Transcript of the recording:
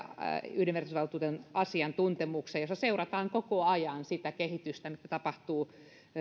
yhdenvertaisuusvaltuutetun asiantuntemukseen että seurataan koko ajan sitä kehitystä mitä tapahtuu